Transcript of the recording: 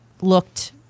looked